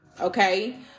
okay